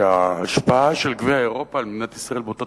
נדמה לי שההשפעה של גביע אירופה על מדינת ישראל באותה